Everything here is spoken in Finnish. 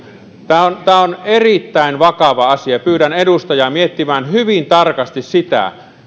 tämä on tämä on erittäin vakava asia pyydän edustajaa miettimään hyvin tarkasti sitä